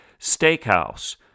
steakhouse